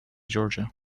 georgia